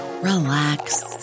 relax